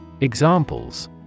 Examples